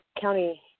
County